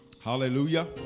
Hallelujah